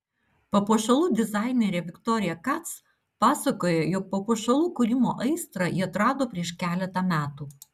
papuošalų dizainerė viktorija kac pasakoja jog papuošalų kūrimo aistrą ji atrado prieš keletą metų